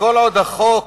וכל עוד החוק